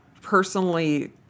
personally